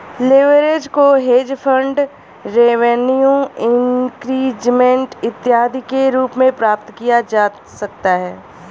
leverage को hedge fund revenue increasement इत्यादि के रूप में प्राप्त किया जा सकता है